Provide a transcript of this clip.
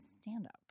stand-up